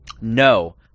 No